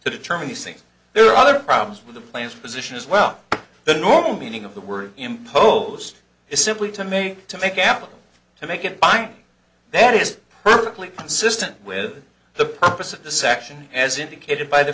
to determine these things there are other problems with the plane's position as well the normal meaning of the word imposed is simply to make to make apple to make it fine that is perfectly consistent with the purpose of the section as indicated by the